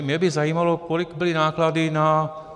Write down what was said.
Mě by zajímalo, kolik byly náklady na PR.